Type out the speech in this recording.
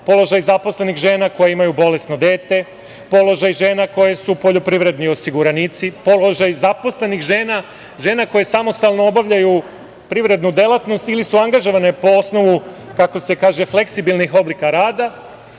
položaj zaposlenih žena koje imaju bolesno dete, položaj žena koje su poljoprivredni osiguranici, položaj zaposlenih žena, žena koje samostalno obavljaju privrednu delatnost ili su angažovane po osnovu fleksibilnih oblika rada